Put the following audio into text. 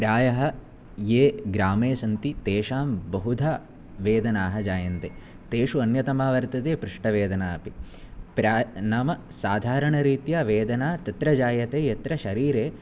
प्रायः ये ग्रामे सन्ति तेषां बहुधा वेदनाः जायन्ते तेषु अन्यतमा वर्तते पृष्ठवेदना अपि प्रा नाम साधारणरीत्या वेदना तत्र जायते यत्र शरीरे